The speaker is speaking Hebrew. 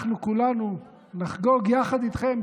אנחנו כולנו נחגוג יחד אתכם,